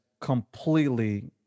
completely